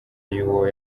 y’uwo